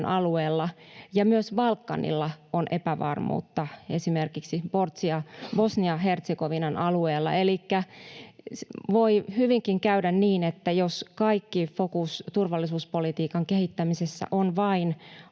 alueella, ja myös Balkanilla on epävarmuutta esimerkiksi Bosnian ja Hertsegovinan alueella. Elikkä voi hyvinkin käydä niin, että jos kaikki fokus turvallisuuspolitiikan kehittämisessä on vain